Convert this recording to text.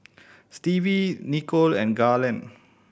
Stevie Nichol and Garland